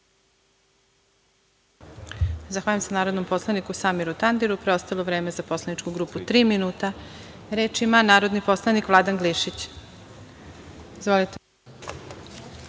Zahvaljujem se narodnom poslaniku Samiru Tandiru. Preostalo vreme za poslaničku grupu tri minuta. Reč ima narodni poslanik Vladan Glišić. Izvolite.